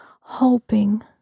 hoping